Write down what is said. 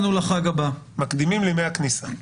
מקדימים לימי הכניסה.